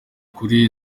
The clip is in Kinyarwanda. kuri